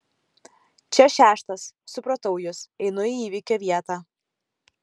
čia šeštas supratau jus einu į įvykio vietą